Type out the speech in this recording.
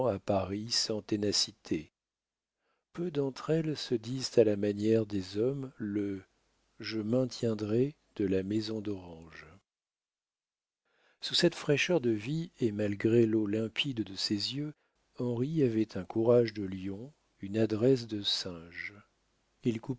à paris sans ténacité peu d'entre elles se disent à la manière des hommes le je maintiendrai de la maison d'orange sous cette fraîcheur de vie et malgré l'eau limpide de ses yeux henri avait un courage de lion une adresse de singe